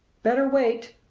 better wait!